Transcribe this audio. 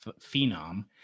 phenom